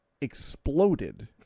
exploded